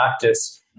practice